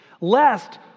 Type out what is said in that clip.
lest